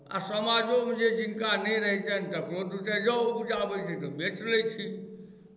आ समाजोमे जे जिनका नहि रहैत छनि तकरो दू चारि जँ उपजाबै छी तऽ बेचि लैत छी